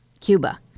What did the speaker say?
Cuba